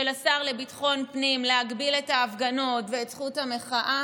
השר לביטחון פנים להגביל את ההפגנות ואת זכות המחאה,